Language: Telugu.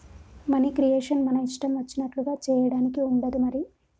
మనీ క్రియేషన్ మన ఇష్టం వచ్చినట్లుగా చేయడానికి ఉండదు మరి